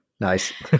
Nice